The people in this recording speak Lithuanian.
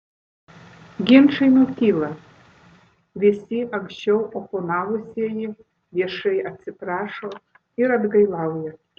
ginčai nutyla visi anksčiau oponavusieji viešai atsiprašo ir atgailauja